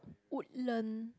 Woodland